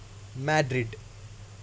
Madrid